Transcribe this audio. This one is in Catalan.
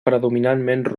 predominantment